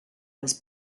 was